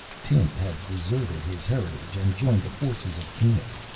tinth had deserted his heritage and joined the forces of kanus.